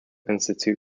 institution